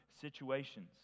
situations